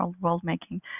world-making